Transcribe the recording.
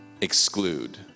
exclude